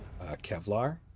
Kevlar